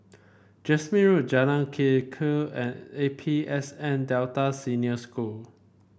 Jasmine Road Jalan Lekub and A P S N Delta Senior School